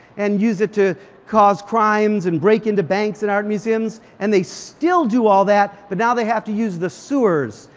and used it to cause crimes and break into banks and art museums. and they still do all that. but now they have to use the sewers.